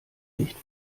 nicht